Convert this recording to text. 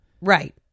Right